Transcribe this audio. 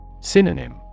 Synonym